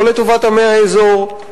לא לטובת עמי האזור,